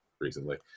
recently